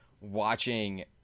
watching